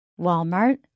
Walmart